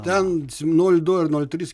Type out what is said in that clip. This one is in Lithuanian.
ten nol du ar nol trys